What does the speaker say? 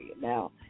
Now